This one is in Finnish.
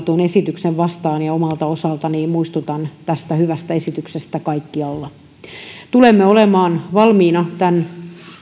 tuon esityksen kiitollisuudella vastaan ja omalta osaltani muistutan tästä hyvästä esityksestä kaikkialla tulemme olemaan valmiina tämän